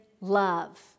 love